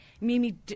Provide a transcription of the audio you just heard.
Mimi